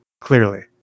Clearly